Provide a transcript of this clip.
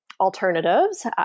alternatives